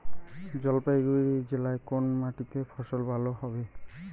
জলপাইগুড়ি জেলায় কোন মাটিতে ফসল ভালো হবে?